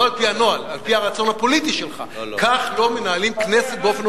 לא, אדוני, עכשיו על סדר-היום ההצעה שלי.